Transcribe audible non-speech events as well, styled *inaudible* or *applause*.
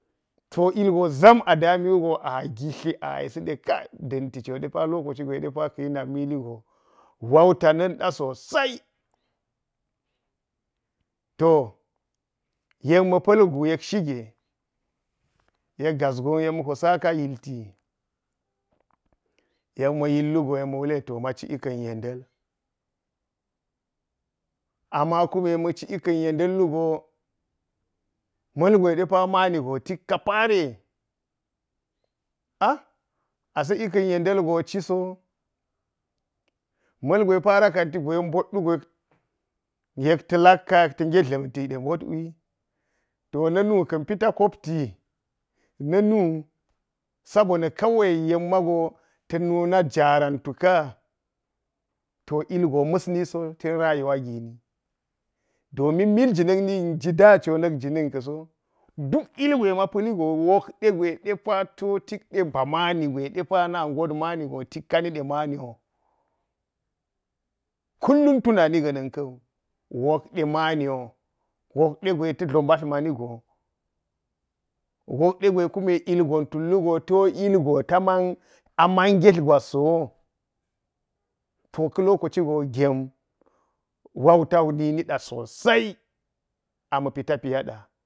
To ilgp ʒam adami wugo a gitli a gitli a yisi de kai da̱nti co de pa ka̱ ni na̱k mili go – ka̱ lokaci gwe ɗe pa ka̱ ni nala mili go wanta na̱nɗa sosai. To yek ma̱ pa̱l gu yek shige yek gas gon yek ma̱ po saka yilti yek ma̱ yil wugo yek wule, to maci ika̱n yenda̱l, ama kume ma̱ci ilaa̱n yenda̱l wugo- mulgwe de pawo mani go tik ka fare. *hesitation* a se ika̱n yenda̱l go cisoi ma̱lgwe fara kanti go yek mbot wugo yek ta lakka yek ta nae dlanti de mbotwi. To na̱ mu ka̱n pa̱ta kopti – na̱nu sabonna̱ kawai yek mago ya̱n nuna jarumtaka. To ilgo ma̱sniso ten rayuwa gini. Domin milji na̱k na̱n ji nda co na̱k na̱n ka̱so. Duk ilgwe de pawo mapali go wokɗe go de pa to tik de ba maani de pa na, ngot maani go tik ka niɗe mani wu, kullum tunani – ka̱wu wok ɗe maani wo, wokde gwe ta dlo mbatl mani wui wokde gwe de pa ilgon tulhu to ilgo taman aman ngetl gwas so wo. To ka̱ lokaci go gen wauta wu ni nida sosai a mapi tafiya ɗa – a yekde.